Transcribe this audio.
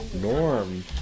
Norm